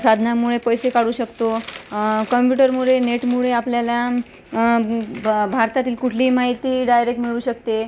साधनामुळे पैसे काढू शकतो कम्प्यूटरमुळे नेटमुळे आपल्याला बा भारतातील कुठलीही माहिती डायरेक्ट मिळू शकते